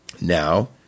now